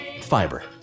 fiber